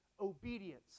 obedience